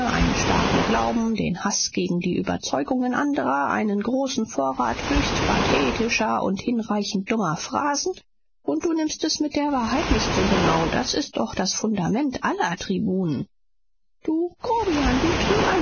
einen starken glauben den haß gegen die überzeugungen anderer einen großen vorrat höchst pathetischer und hinreichend dummer phrasen und du nimmst es mit der wahrheit nicht so genau das ist doch das fundament aller tribunen du grobian du